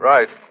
Right